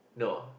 no